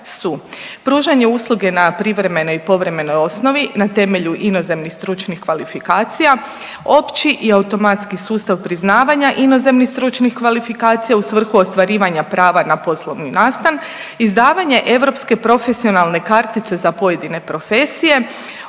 su pružanje usluge na privremenoj i povremenoj osnovi na temelju inozemnih stručnih kvalifikacija opći i automatski sustav priznavanja inozemnih stručnih kvalifikacija u svrhu ostvarivanja prava na poslovni nastan, izdavanje europske profesionalne kartice za pojedine profesije,